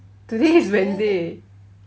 today is wednesday